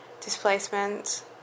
displacement